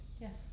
Yes